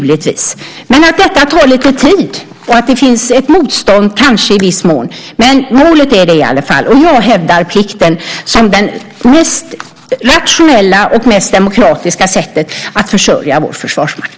Men det tar lite tid, och det finns kanske i viss mån ett motstånd. Men detta är i alla fall målet. Och jag hävdar plikten som det mest rationella och mest demokratiska sättet att försörja vår försvarsmakt.